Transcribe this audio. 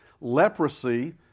leprosy